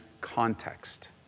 context